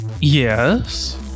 yes